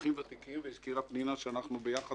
האזרחים הוותיקים והזכירה פנינה תמנו שאטה שאנחנו ביחד